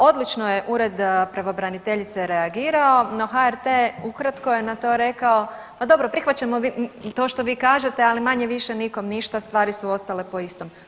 Odlično je ured pravobraniteljice reagirao, no HRT ukratko je na to rekao pa dobro prihvaćamo to što vi kažete, ali manje-više nikom ništa stvari su ostale po istom.